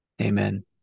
Amen